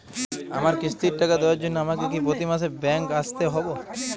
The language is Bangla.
আমার কিস্তির টাকা দেওয়ার জন্য আমাকে কি প্রতি মাসে ব্যাংক আসতে হব?